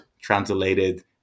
translated